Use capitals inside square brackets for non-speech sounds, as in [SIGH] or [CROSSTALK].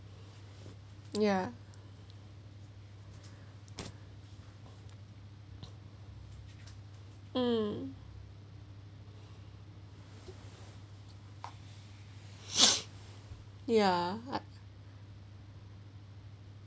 ya um [NOISE] ya